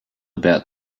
about